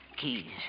Keys